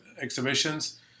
exhibitions